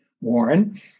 Warren